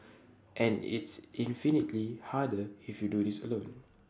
and it's infinitely harder if you do this alone